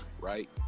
right